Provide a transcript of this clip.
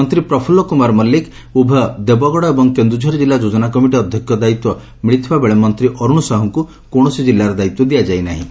ମନ୍ତୀ ପ୍ରଫୁଲ୍ଲ କୁମାର ମଲ୍ଲିକ ଉଭୟ ଦେବଗଡ଼ ଏବଂ କେନ୍ଦୁଝର ଜିଲ୍ଲା ଯୋଜନା କମିଟି ଅଧ୍ୟକ୍ଷ ଦାୟିତ୍ୱ ମିଳିଥିବା ବେଳେ ମନ୍ତୀ ଅରୁଶ ସାହୁଙ୍କୁ କୌଣସି ଜିଲ୍ଲାର ଦାୟିତ୍ୱ ଦିଆଯାଇ ନାହିଁ